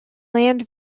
land